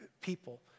people